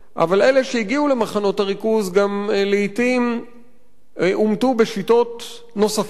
אבל אלה שהגיעו למחנות הריכוז לעתים גם הומתו בשיטות נוספות.